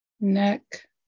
neck